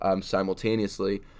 simultaneously